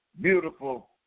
beautiful